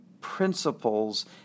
principles